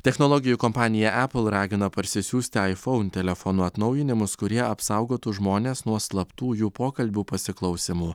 technologijų kompanija apple ragina parsisiųsti iphone telefono atnaujinimus kurie apsaugotų žmones nuo slaptųjų pokalbių pasiklausymų